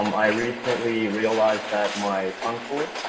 um i recently realized that my uncle